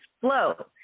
flow